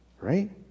Right